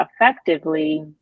effectively